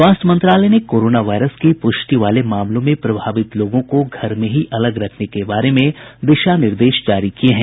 स्वास्थ्य मंत्रालय ने कोरोना वायरस की प्रष्टि वाले मामलों में प्रभावित लोगों को घर में ही अलग रखने के बारे में दिशा निर्देश जारी किये हैं